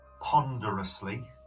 ponderously